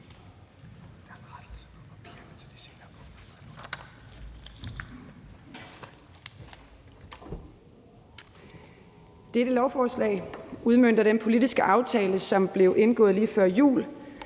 Dette lovforslag udmønter den politiske aftale, som blev indgået lige før jul,